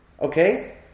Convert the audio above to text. Okay